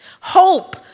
Hope